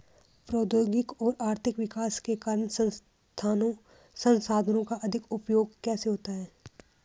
प्रौद्योगिक और आर्थिक विकास के कारण संसाधानों का अधिक उपभोग कैसे हुआ है?